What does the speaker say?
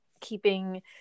keeping